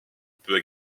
peu